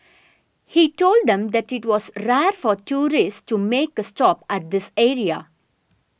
he told them that it was rare for tourists to make a stop at this area